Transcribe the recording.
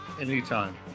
anytime